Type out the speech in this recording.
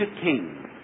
king